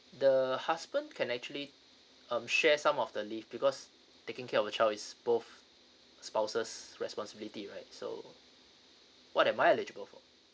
the husband can actually um share some of the leaves because taking care of the child is both spouses responsibilities right so what am I eligible for